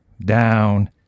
down